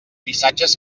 missatges